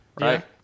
Right